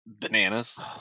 bananas